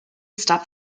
stop